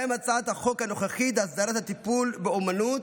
ובין היתר הצעת החוק הנוכחית להסדרת הטיפול באומנות,